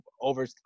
over